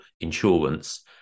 insurance